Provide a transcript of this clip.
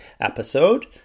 episode